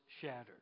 shattered